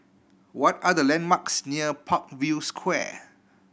what are the landmarks near Parkview Square